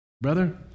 brother